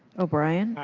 o'brien.